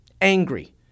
angry